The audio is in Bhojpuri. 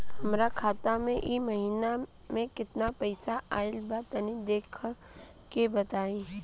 हमरा खाता मे इ महीना मे केतना पईसा आइल ब तनि देखऽ क बताईं?